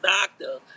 doctor